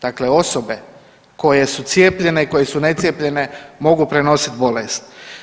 Dakle, osobe koje su cijepljene i koje su necijepljene mogu prenosit bolest.